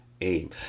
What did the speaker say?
aim